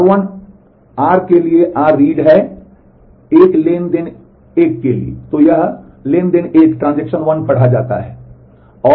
तो यह ट्रांज़ैक्शन 1 द्वारा पढ़ा जाता है